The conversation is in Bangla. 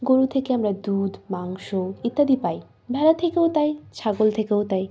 গোরু থেকে আমরা দুধ মাংস ইত্যাদি পাই ভেড়া থেকেও তাই ছাগল থেকেও তাই